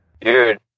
dude